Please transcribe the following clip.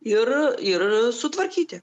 ir ir sutvarkyti